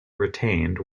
retained